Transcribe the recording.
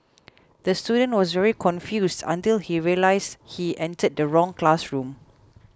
the student was very confused until he realised he entered the wrong classroom